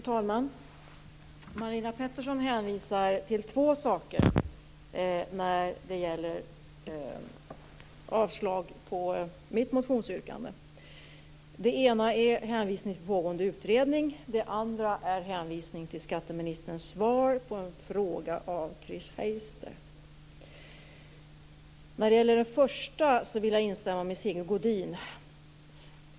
Fru talman! Marina Pettersson hänvisar till två saker när det gäller avstyrkandet av mitt motionsyrkande. Det ena är en hänvisning till pågående utredning. Det andra är en hänvisning till skatteministerns svar på en fråga av Chris Heister. När det gäller det första vill jag instämma med Sigge Godin.